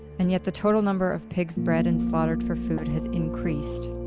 and yet the total number of pigs bred and slaughtered for food has increased.